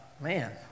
man